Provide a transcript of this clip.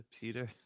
peter